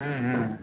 હા